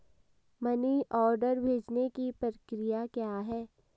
Money order भेजने की प्रक्रिया क्या है?